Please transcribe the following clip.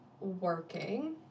working